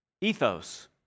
Ethos